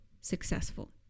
successful